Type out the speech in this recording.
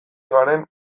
garen